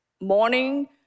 morning